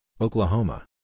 Oklahoma